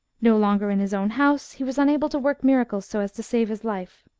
no longer in his own house, he was unable to work miracles so as to save his life.